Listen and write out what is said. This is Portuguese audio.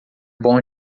bom